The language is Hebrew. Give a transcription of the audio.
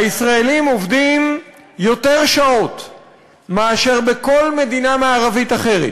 הישראלים עובדים יותר שעות מאשר בכל מדינה מערבית אחרת,